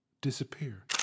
disappear